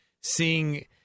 seeing